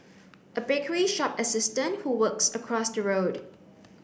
a bakery shop assistant who works across the road